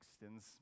extends